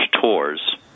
tours